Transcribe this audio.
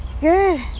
good